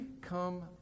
come